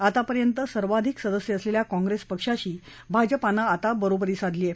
आतापर्यंत सर्वाधिक सदस्य असलेल्या काँग्रेस पक्षाशी भाजपानं आता बरोबरी साधली आहे